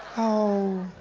oh